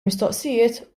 mistoqsijiet